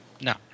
No